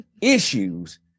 issues